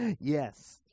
Yes